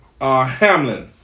Hamlin